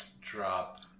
drop